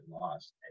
lost